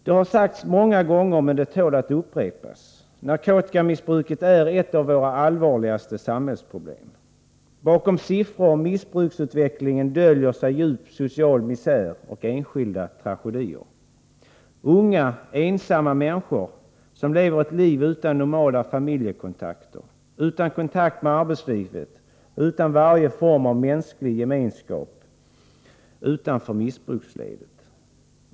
Det har sagts många gånger, men det tål att upprepas, att narkotikamissbruket är ett av våra allvarligaste samhällsproblem. Bakom siffror om missbruksutveckligen döljer sig djup social misär och enskilda tragedier. Det handlar om unga, ensamma människor som lever ett liv utan normala familjekontakter, utan kontakt med arbetslivet och utan varje form av mänsklig gemenskap utanför missbruksledet.